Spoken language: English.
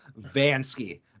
Vansky